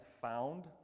found